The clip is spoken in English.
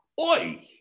oi